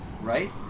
right